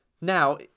Now